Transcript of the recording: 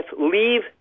leave